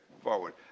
forward